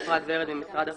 ממשרד החקלאות.